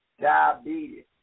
diabetes